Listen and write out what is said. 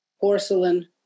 porcelain